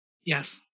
Yes